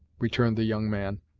returned the young man.